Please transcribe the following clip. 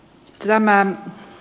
lämää